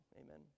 amen